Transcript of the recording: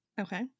Okay